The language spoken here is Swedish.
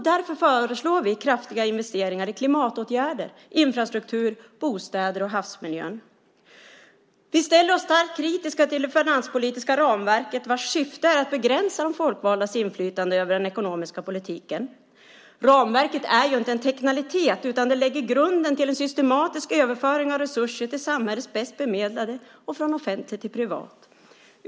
Därför föreslår vi kraftiga investeringar i klimatåtgärder, infrastruktur, bostäder och havsmiljön. Vi ställer oss starkt kritiska till det finanspolitiska ramverket vars syfte är att begränsa de folkvaldas inflytande över den ekonomiska politiken. Ramverket är ju inte en teknikalitet, utan det lägger grunden till en systematisk överföring av resurser till samhällets bäst bemedlade och från offentligt till privat.